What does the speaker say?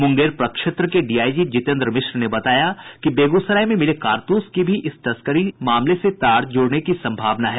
मुंगेर प्रक्षेत्र के डीआईजी जितेन्द्र मिश्र ने बताया कि बेगूसराय में मिले कारतूस की भी इस तस्करी मामले से तार जुड़ने की संभावना है